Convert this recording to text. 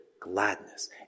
gladness